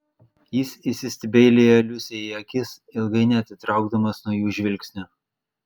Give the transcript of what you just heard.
jis įsistebeilijo liusei į akis ilgai neatitraukdamas nuo jų žvilgsnio